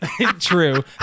True